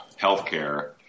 healthcare